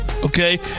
Okay